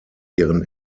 ihren